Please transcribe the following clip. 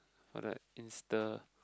all that insta